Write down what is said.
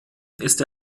ist